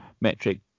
metric